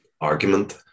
argument